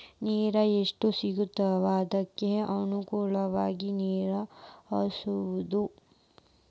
ನೇರ ಎಷ್ಟ ಸಿಗತಾವ ಅದಕ್ಕ ಅನುಗುಣವಾಗಿ ನೇರ ಹಾಸುದು